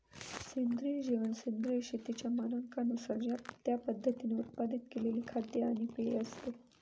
सेंद्रिय जेवण सेंद्रिय शेतीच्या मानकांनुसार त्या पद्धतीने उत्पादित केलेले खाद्य आणि पेय असते